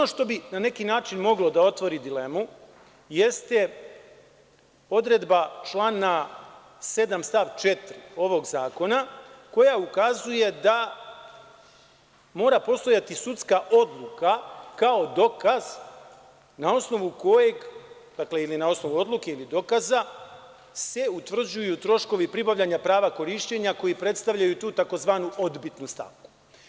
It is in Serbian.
Ono što bi na neki način moglo da otvori dilemu jeste odredba člana 7. stav 4. ovog zakona, koja ukazuje da mora postojati sudska odluka kao dokaz, na osnovu koje se utvrđuju troškovi pribavljanja prava korišćenja, koji predstavljaju tu tzv. odbitnu stavku.